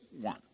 one